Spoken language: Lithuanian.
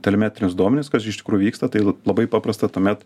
telemetrinius duomenis kas iš tikrųjų vyksta tai labai paprasta tuomet